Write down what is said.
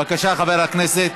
בבקשה, חבר הכנסת,